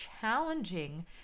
challenging